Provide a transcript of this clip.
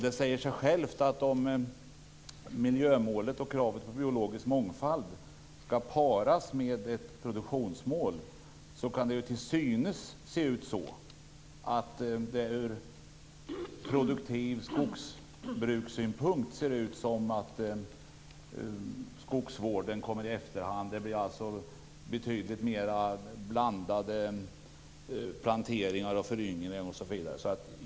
Det säger sig självt att om miljömålet och kravet på biologisk mångfald skall paras med ett produktionsmål så kan det till synes verka som att skogsvården kommer i efterhand om man ser det med utgångspunkt i produktivt skogsbruk. Det blir alltså betydligt mer blandade planteringar.